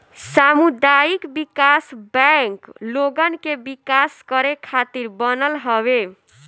सामुदायिक विकास बैंक लोगन के विकास करे खातिर बनल हवे